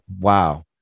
wow